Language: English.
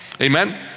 Amen